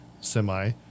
semi